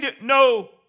no